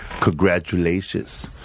Congratulations